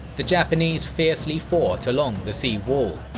the japanese fiercely fought along the sea wall.